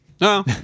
No